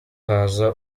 haza